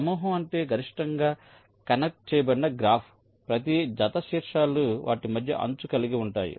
సమూహం అంటే గరిష్టంగా కనెక్ట్ చేయబడిన గ్రాఫ్ ప్రతి జత శీర్షాలు వాటి మధ్య అంచు కలిగి ఉంటాయి